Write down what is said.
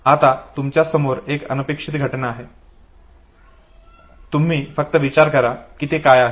आता तुमच्या समोर एक अनपेक्षित घटना आहे तुम्ही फक्त विचार करा की ते काय आहे